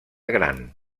gran